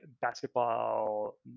basketball